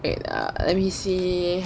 wait ah let me see